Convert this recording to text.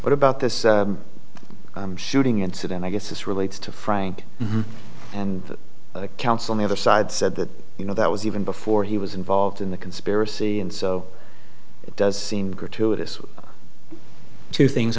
what about this shooting incident i guess this relates to frank counsel the other side said that you know that was even before he was involved in the conspiracy and so it does seem gratuitous to things